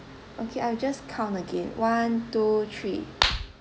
okay I'll just count again one two three